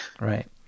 right